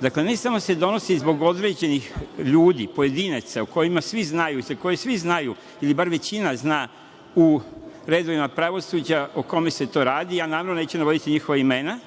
Dakle, ne samo da se donosi zbog određenih ljudi, pojedinaca o kojima svi znaju, za koje svi znaju, ili bar većina zna u redovima pravosuđa o kome se to radi, namerno neću navoditi njihova imena,